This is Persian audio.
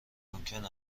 ممکن